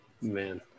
Man